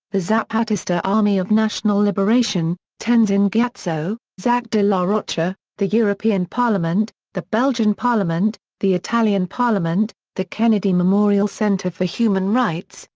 the zapatista army of national liberation, tenzin gyatso, zack de la rocha, the european parliament, the belgian parliament, the italian parliament, the kennedy memorial center for human rights,